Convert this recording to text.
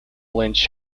lynch